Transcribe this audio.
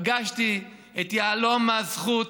פגשתי את יהלומה זכות,